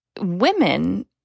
women